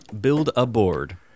Build-A-Board